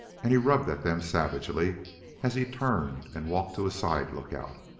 and he rubbed at them savagely as he turned and walked to a side lookout.